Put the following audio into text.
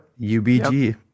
UBG